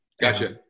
Gotcha